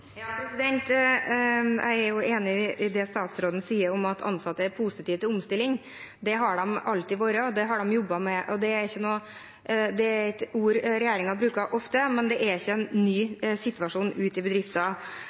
Jeg er enig i det statsråden sier om at ansatte er positive til omstilling – det har de alltid vært, og det har de jobbet med – som er et ord regjeringen bruker ofte, men det er ikke en ny situasjon ute i